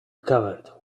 covered